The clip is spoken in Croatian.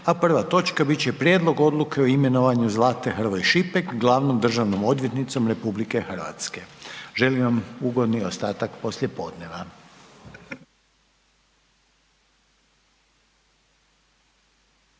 a prva točka bit će Prijedlog Odluke o imenovanju Zlate Hrvoj Šipek glavnom državnom odvjetnicom RH. Želim vam ugodni ostatak poslijepodneva.